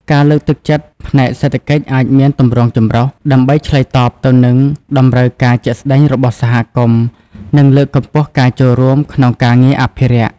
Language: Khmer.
ការលើកទឹកចិត្តផ្នែកសេដ្ឋកិច្ចអាចមានទម្រង់ចម្រុះ ដើម្បីឆ្លើយតបទៅនឹងតម្រូវការជាក់ស្តែងរបស់សហគមន៍ និងលើកកម្ពស់ការចូលរួមក្នុងការងារអភិរក្ស។